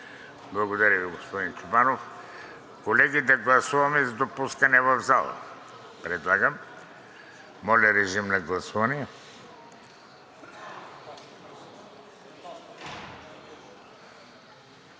Благодаря Ви, господин Чобанов. Колеги, да гласуваме за допускане в залата предлагам. Моля, режим на гласуване.